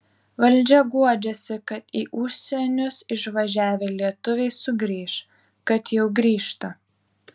valdžia guodžiasi kad į užsienius išvažiavę lietuviai sugrįš kad jau grįžta